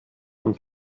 und